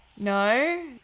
No